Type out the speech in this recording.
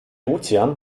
ozean